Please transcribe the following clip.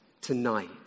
tonight